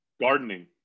Gardening